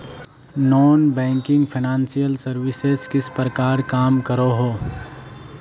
Non banking financial services किस प्रकार काम करोहो?